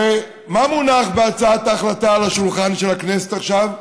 הרי מה מונח בהצעת ההחלטה על השולחן של הכנסת עכשיו?